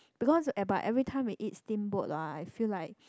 because whereby everytime we eat steamboat lah I feel like